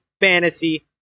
fantasy